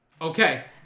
Okay